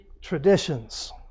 traditions